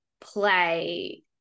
play